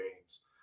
games